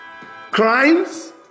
Crimes